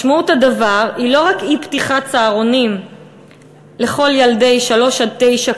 משמעות הדבר היא לא רק אי-פתיחת צהרונים לכל ילד מגיל שלוש עד תשע,